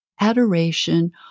adoration